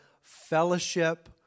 fellowship